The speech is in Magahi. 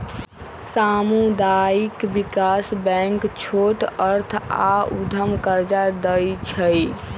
सामुदायिक विकास बैंक छोट अर्थ आऽ उद्यम कर्जा दइ छइ